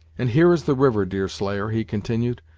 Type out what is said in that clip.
and here is the river, deerslayer, he continued,